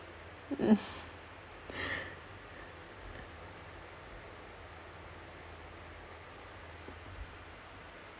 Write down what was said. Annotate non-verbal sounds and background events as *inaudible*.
*laughs*